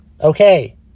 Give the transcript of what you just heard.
okay